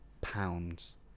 pounds